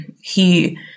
he-